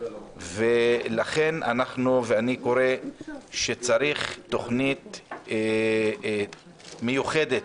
ולכן אני קורא לעשות תוכנית מיוחדת